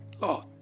Lord